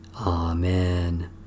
Amen